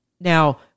Now